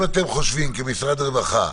אם אתם חושבים כמשרד רווחה,